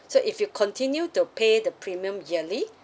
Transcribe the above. so if you continue to pay the premium yearly